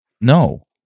no